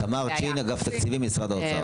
תמר צ'ין, אגף תקציבים, משרד האוצר.